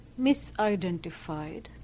misidentified